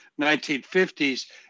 1950s